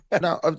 Now